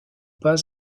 pas